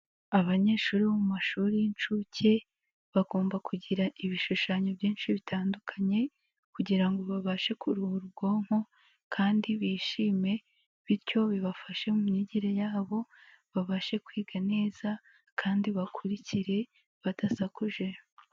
Abanyeshuri bo mu mashuri y'inshuke bagomba kugira ibishushanyo byinshi bitandukanye kugira ngo babashe kuruhura ubwonko kandi bishime, bityo bibafashe mu myigire yabo, babashe kwiga neza kandi bakurikire badasakuje.